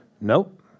Nope